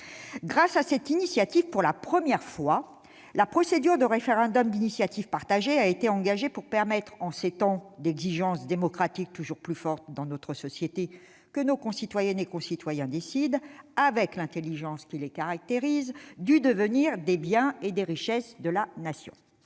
Grâce à cette initiative, pour la première fois, la procédure du référendum d'initiative partagée a été engagée pour permettre, en ces temps d'exigences démocratiques toujours plus fortes dans notre société, à nos concitoyens de décider, avec l'intelligence qui les caractérise, du devenir des biens et des richesses de la Nation.